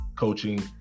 coaching